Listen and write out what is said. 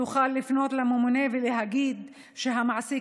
תוכל לפנות לממונה ולהגיד שהמעסיק